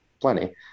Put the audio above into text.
plenty